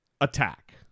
attack